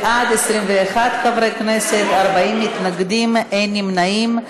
בעד, 21 חברי כנסת, 40 מתנגדים, אין נמנעים.